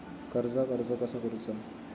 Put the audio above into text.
कर्जाक अर्ज कसा करुचा?